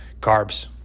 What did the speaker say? carbs